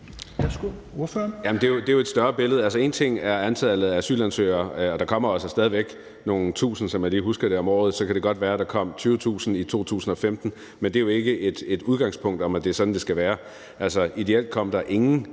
det er jo et større billede. Altså, én ting er antallet af asylansøgere, og der kommer jo altså stadig væk nogle tusind, som jeg lige husker det, om året. Så kan det godt være, at der kom 20.000 i 2015, men det er jo ikke udgangspunktet, at det er sådan, det skal være. Ideelt kom der ingen, og